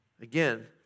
again